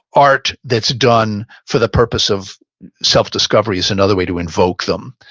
art that's done for the purpose of self discovery is another way to invoke them.